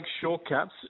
shortcuts